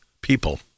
people